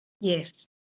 Yes